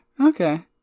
Okay